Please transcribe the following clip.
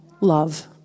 love